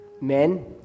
Men